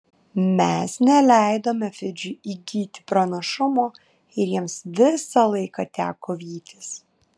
mes neleidome fidžiui įgyti pranašumo ir jiems visą laiką teko vytis